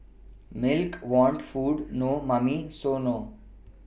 milk want food no Mummy so nor